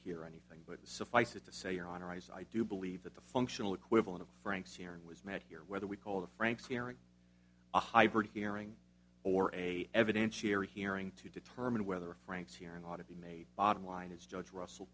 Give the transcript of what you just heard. hear anything but suffice it to say your honor i guess i do believe that the functional equivalent of frank's hearing was met here whether we call the franks hearing a hybrid hearing or a evidentiary hearing to determine whether frank's hearing ought to be made bottom line is judge russell